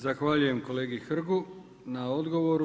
Zahvaljujem kolegi Hrgu na odgovoru.